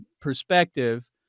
perspective